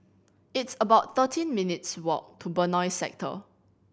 it's about thirteen minutes' walk to Benoi Sector